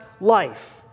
life